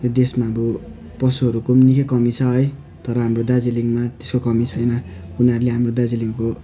यो देशमा अब पशुहरूकोम निकै कमी छ है तर हाम्रो दार्जिलिङमा त्यसको कमी छैन उनीहरूले हाम्रो दार्जिलिङको